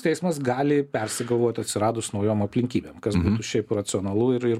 teismas gali persigalvot atsiradus naujom aplinkybėm kas būtų šiaip racionalu ir ir